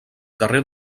carrer